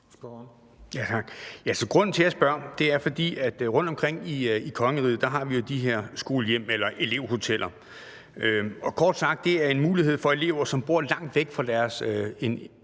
grunden til, at jeg spørger, er, at rundtomkring i kongeriget har vi jo de her elevhoteller. Og kort sagt er det en mulighed for, at de elever, som bor langt væk fra deres